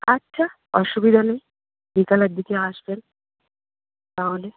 আচ্ছা অসুবিধা নেই বিকালের দিকে আসবেন তাহলে